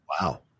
Wow